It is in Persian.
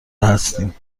هستیم